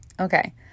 Okay